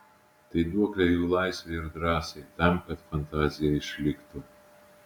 tai duoklė jų laisvei ir drąsai tam kad fantazija išliktų